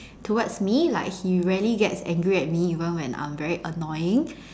towards me like he rarely gets angry at me even when I'm very annoying